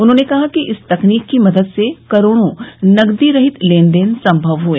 उन्होंने कहा कि इस तकनीक की मदद से करोड़ों नकदी रहित लेनदेन सम्भव हुए